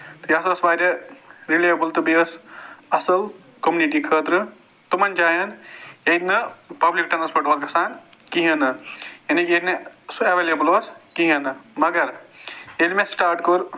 یہِ ہسا اوس واریاہ رِلیبُل تہٕ بیٚیہِ اوس اَصٕل کوٚمنِٹی خٲطرٕ تِمَن جاین ہٮ۪کہِ نہٕ پَبلِک ٹرٛانَسپوٹ گژھان کِہیٖنٛۍ نہٕ یعنے ییٚلہِ نہٕ سۅ ایٚویلیبُل اوس کِہیٖنٛۍ نہٕ مَگر ییٚلہِ مےٚ سِٹارٹ کوٚر